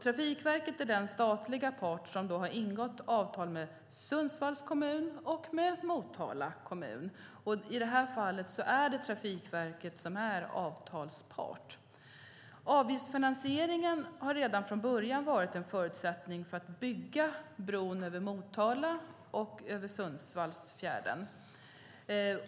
Trafikverket är den statliga part som har ingått avtal med Sundsvalls kommun och Motala kommun. I det här fallet är det Trafikverket son är avtalspart. Avgiftsfinansieringen har redan från början varit en förutsättning för att bygga bron i Motala och över Sundsvallsfjärden.